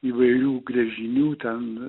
įvairių gręžinių ten